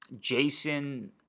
jason